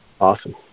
awesome